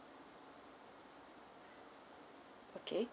okay